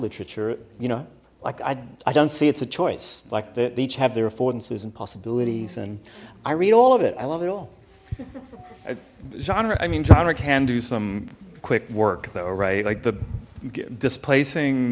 literature you know like i don't see it's a choice like the each have their affordances and possibilities and i read all of it i love it all genre i mean genre can do some quick work though right like the displacing